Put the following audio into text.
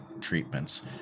treatments